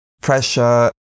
pressure